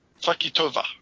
Fakitova